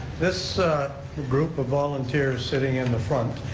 this group of volunteers sitting in the front,